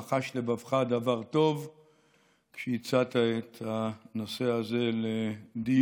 רחש לבבך דבר טוב כשהצעת את הנושא הזה לדיון.